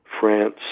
France